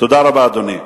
תודה רבה, אדוני.